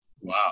Wow